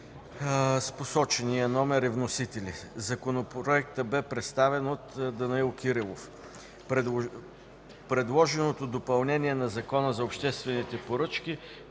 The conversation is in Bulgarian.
посочения номер и вносители. Законопроектът бе представен от господин Данаил Кирилов. Предложеното допълнение на Закона за обществените поръчки